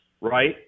right